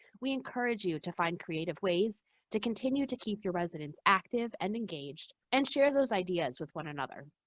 we encourage you to find creative ways to continue to keep your residents active and engaged. and share those ideas with one another.